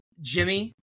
Jimmy